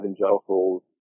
evangelicals